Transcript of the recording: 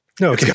no